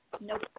Nope